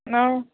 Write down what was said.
অঁ